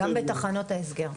גם בתחנות ההסגר.